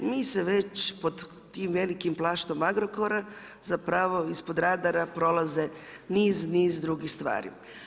Mi se već pod tim velikim plaštom Agrokora, zapravo ispod radara prolaze niz, niz drugih stvari.